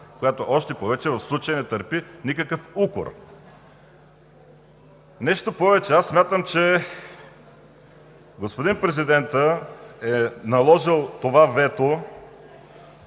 която, още повече в случая, не търпи никакъв укор. Нещо повече. Аз смятам, че господин президентът е наложил това вето